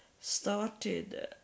started